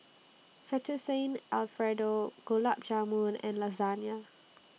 Fettuccine Alfredo Gulab Jamun and Lasagna